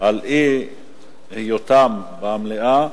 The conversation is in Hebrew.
על אי-היותם במליאה,